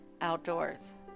Outdoors